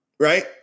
Right